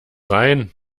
rein